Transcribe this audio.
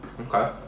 Okay